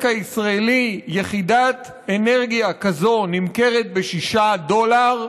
הישראלי יחידת אנרגיה כזאת נמכרת ב-6 דולר,